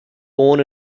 born